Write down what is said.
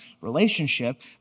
relationship